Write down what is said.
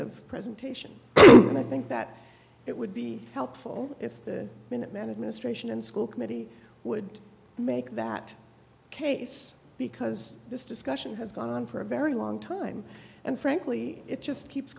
of presentation and i think that it would be helpful if the minutemen administration and school committee would make that case because this discussion has gone on for a very long time and frankly it just keeps